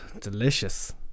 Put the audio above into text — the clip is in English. delicious